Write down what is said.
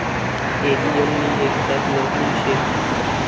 allium नि एक जात लहसून शे